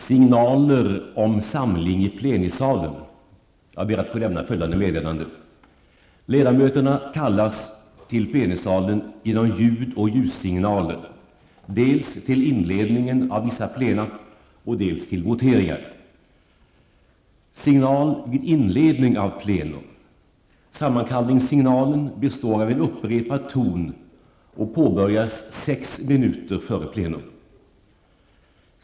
Sammankallningssignalen består av en upprepad ton och påbörjas sex minuter före plenum.